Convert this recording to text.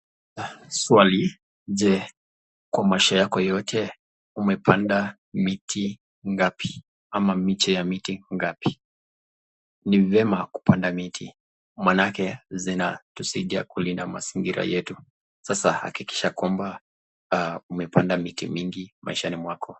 Swali: je kwa maisha yako yote ,umepanda miti ngapi ama miche ya miti ngapi . Ni vyema kupanda miti maanake zinatusaidia kulinda mazingira yetu ,sasa hakikisha kwamba umepanda miti mingi maishani mwako .